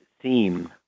theme